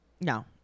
no